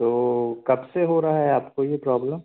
तो कब से हो रहा है आपको यह प्रोब्लम